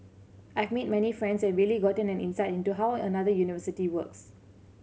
I've made many friends and really gotten an insight into how another university works